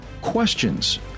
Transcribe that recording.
questions